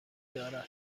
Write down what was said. دارد